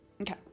Okay